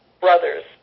brothers